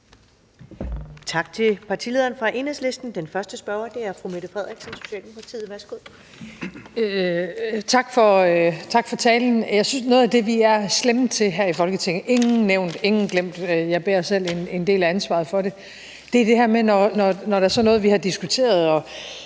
Tak til partilederen fra Enhedslisten. Den første spørger er fru Mette Frederiksen, Socialdemokratiet. Værsgo. Kl. 15:13 Mette Frederiksen (S): Tak for talen. Jeg synes, noget af det, vi er slemme til her i Folketinget – ingen nævnt, ingen glemt; jeg bærer selv en del af ansvaret for det – er, at når der er noget, vi har diskuteret og